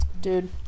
Dude